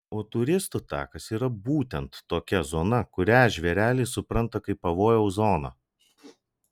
o turistų takas ir yra būtent tokia zona kurią žvėreliai supranta kaip pavojaus zoną